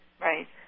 Right